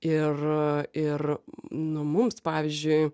ir ir nu mums pavyzdžiui